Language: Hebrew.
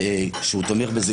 והוא תומך בזה,